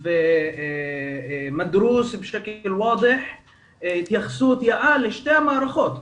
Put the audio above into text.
ונלמד בצורה ברורה התייחסות יאה לשתי המערכות,